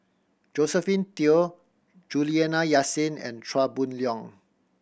Josephine Teo Juliana Yasin and Chia Boon Leong